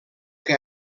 que